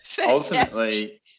Ultimately